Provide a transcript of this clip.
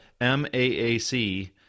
M-A-A-C